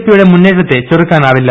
പിയുടെ മുന്നേറ്റത്തെ ചെറുക്കാനാവില്ല